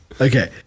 Okay